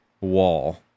wall